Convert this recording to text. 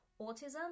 autism